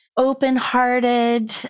open-hearted